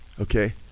okay